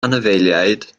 anifeiliaid